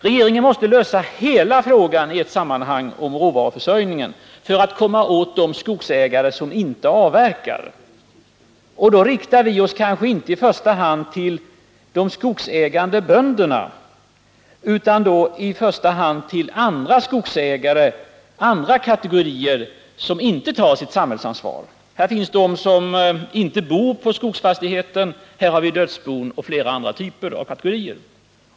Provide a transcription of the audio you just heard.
Regeringen måste lösa hela frågan om råvaruförsörjningen i ett sammanhang för att komma åt de skogsägare som inte avverkar. Då riktar vi oss kanske inte i första hand till de skogsägande bönderna utan till andra skogsägare, andra kategorier som inte tar sitt samhällsansvar. Här finns de som inte bor på skogsfastigheten, här har vi dödsbon och flera andra kategorier.